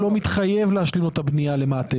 לא מתחייב להשלים לו את הבנייה למעטפת.